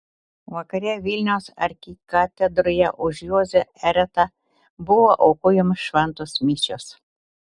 vakare vilniaus arkikatedroje už juozą eretą buvo aukojamos šventos mišios